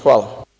Hvala.